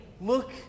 look